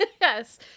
Yes